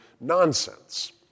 nonsense